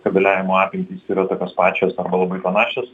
kabeliavimo apimtys yra tokios pačios arba labai panašios